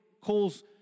calls